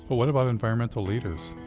what about environmental leaders?